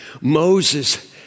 Moses